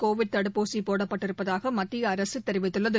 Covid தடுப்பூசிபோடப்பட்டிருப்பதாகமத்தியஅரசுதெரிவித்துள்ளது